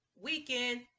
weekend